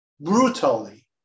brutally